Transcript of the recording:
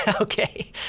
Okay